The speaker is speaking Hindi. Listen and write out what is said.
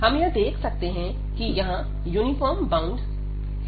हम यह देख सकते हैं की यहां यूनिफॉर्म बाउंड है